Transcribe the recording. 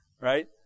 Right